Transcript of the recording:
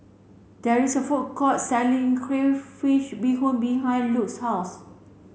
there is a food court selling Crayfish Beehoon behind Luke's house